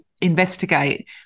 investigate